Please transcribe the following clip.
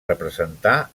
representar